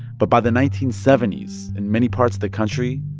but by the nineteen seventy s, in many parts of the country,